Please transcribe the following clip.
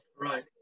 right